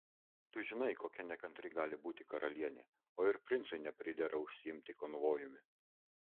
tu žinai kokia nekantri gali būti karalienė o ir princui nepridera užsiimti konvojumi